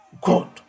God